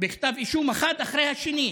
בכתבי אישום, אחד אחרי השני,